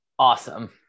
Awesome